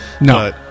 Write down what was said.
No